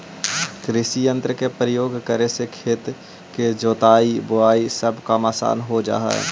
कृषियंत्र के प्रयोग करे से खेत के जोताई, बोआई सब काम असान हो जा हई